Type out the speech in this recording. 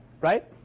right